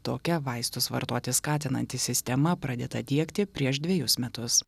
tokia vaistus vartoti skatinanti sistema pradėta diegti prieš dvejus metus